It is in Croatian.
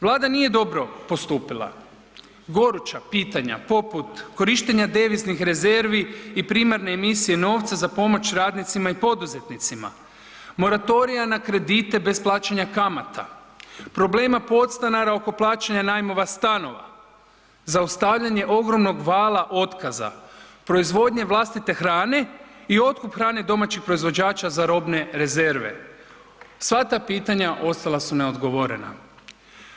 Vlada nije dobro postupila, goruća pitanja poput korištenja deviznih rezervi i primarne emisije novca za pomoć radnicima i poduzetnicima, moratorija na kredite bez plaćanja kamata, problema podstanara oko plaćanja najmova stanova, zaustavljanja ogromnog vala otkaza, proizvodnje vlastite hrane i otkup hrane domaćih proizvođača za robne rezerve, sva ta pitanja ostala su neodgovorena.